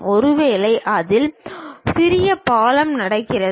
ஒருவேளை அதில் ஒரு சிறிய பாலம் நடக்கிறது